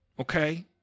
okay